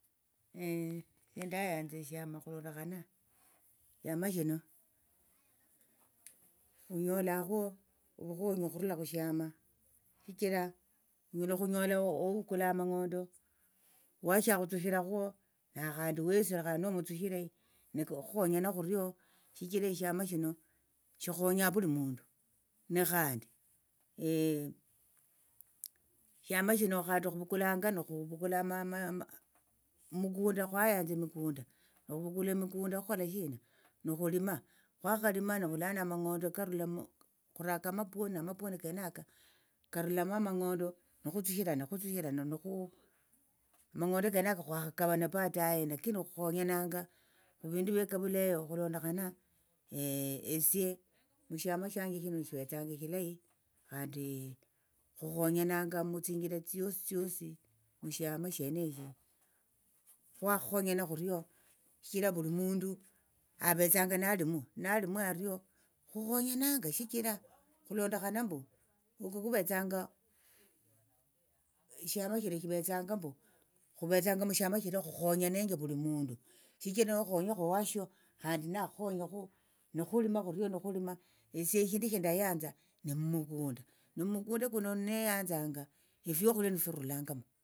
esie ndayanza eshama okhulondokhana eshama shino khunyolakho ovukhonyi okhurula khushama shichira onyala okhunyola oukula amang'ondo owashio akhutsushirakho nakhandi wesi khandi nomutsushire nikooo khukhonyana khurio shichira eshiama shino shikhonyanga vuli mundu ni khandi eshama shino khandi khuvukulanga nikhu nikhuvukula mukunda khwayanza emikunda nekhuvukula emikunda khukhola shina nikhulima khwakhalima nivulano amang'ondo karulamu khuraka amapwoni namapwoni kenako karulamo amang'ondo nokhutsushirana khutsushirana nikhu amang'ondo kenaka khwakhakavane baadaye lakini khukhonyananga evindu vye kavule eyo okhulondokhana esie mushama shianje shino shivetsanga ishilayi khandi khukhonyananga mutsinjira tsiositsiosi mushiama sheneshi khwakhonyana khurio shichira vuli mundu avetsanga nalimwo nalimwo ario khukhonyananga shichira khulonokhana mbu oko kuvetsanga eshiama shilia shivetsanga mbu khuvetsanga mushiama shino khukhonyanenje vuli mundu shichira nokhonyekho owashio khandi nakhkhonyekhu nukhulima khurio nukhulima esie eshindu shindayanza nimukunda nimukunda kuno neyanzanga efiokhulia nefio firulangamu.